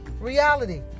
reality